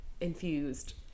infused